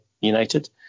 United